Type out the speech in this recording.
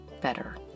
better